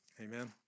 Amen